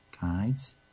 guides